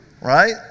right